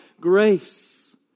grace